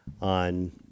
on